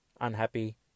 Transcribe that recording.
unhappy